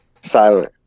Silent